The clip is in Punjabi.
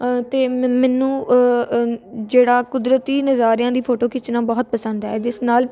ਅਤੇ ਮੈ ਮੈਨੂੰ ਜਿਹੜਾ ਕੁਦਰਤੀ ਨਜ਼ਾਰਿਆਂ ਦੀ ਫੋਟੋ ਖਿੱਚਣਾ ਬਹੁਤ ਪਸੰਦ ਹੈ ਜਿਸ ਨਾਲ